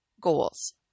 goals